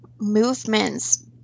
movements